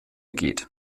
geht